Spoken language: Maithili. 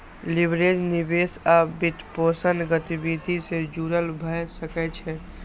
लीवरेज निवेश आ वित्तपोषण गतिविधि सं जुड़ल भए सकै छै